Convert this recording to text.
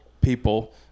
people